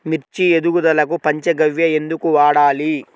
మిర్చి ఎదుగుదలకు పంచ గవ్య ఎందుకు వాడాలి?